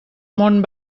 món